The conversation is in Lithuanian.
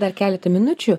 dar keleta minučių